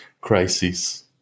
crisis